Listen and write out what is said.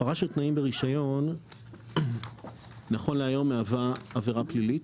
הפרה של תנאים ברישיון נכון להיום מהווה עבירה פלילית.